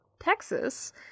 Texas